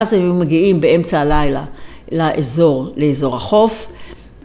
ואז הם מגיעים באמצע הלילה לאזור לאזור החוף.